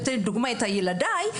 נותנת כדוגמה את ילדיי,